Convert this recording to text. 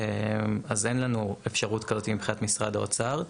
אז אין לנו אפשרות כזאת מבחינת משרד האוצר.